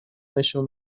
نشون